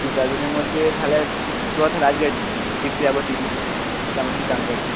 তো কয়েকদিনের মধ্যে তাহলে পুজো আসার আগে দেখতে যাব টিভি কেমন কী দাম বলে